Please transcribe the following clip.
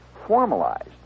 formalized